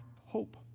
hope